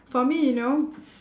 for me you know